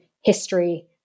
history